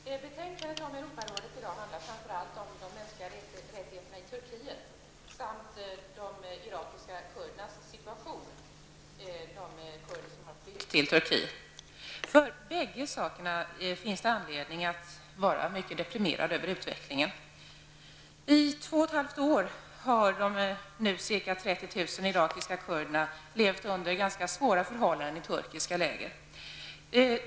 Herr talman! Det betänkande som vi behandlar i dag om Europarådet handlar framför allt om de mänskliga rättigheterna i Turkiet samt om de irakiska kurder som har flytt till Turkiet och deras situation. Det finns anledning att vara mycket deprimerad över utvecklingen för bägge dessa saker. I två och ett halvt år har de ca 30 000 irakiska kurderna levt under svåra förhållanden i turkiska läger.